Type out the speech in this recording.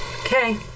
okay